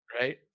Right